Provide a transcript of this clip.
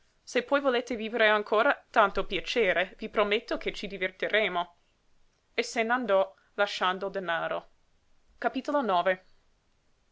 se poi volete vivere ancora tanto piacere i prometto che ci divertiremo e se n'andò lasciando il denaro